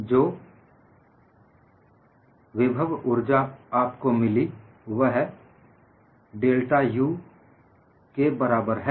और जो विभव ऊर्जा आपको मिली वह डेल्टा U के बराबर है